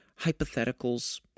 hypotheticals